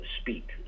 speak